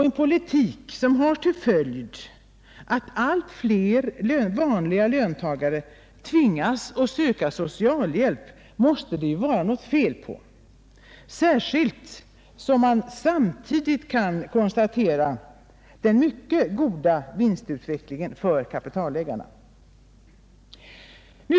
En politik som har till följd att allt fler vanliga löntagare tvingas att söka socialhjälp måste det vara något fel på, särskilt som vi samtidigt kan konstatera den mycket goda vinstutvecklingen för kapitalägarna.